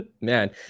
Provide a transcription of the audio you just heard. man